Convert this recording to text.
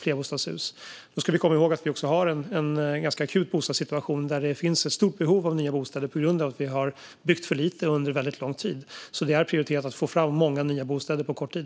Vi ska komma ihåg att vi har en ganska akut bostadssituation, där det finns ett stort behov av nya bostäder på grund av att vi har byggt för lite under lång tid. Det är alltså prioriterat att få fram många nya bostäder på kort tid.